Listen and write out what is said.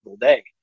day